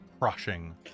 Crushing